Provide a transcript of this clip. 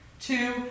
two